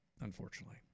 unfortunately